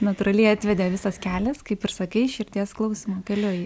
natūraliai atvedė visas kelias kaip ir sakai širdies klausymo keliu ei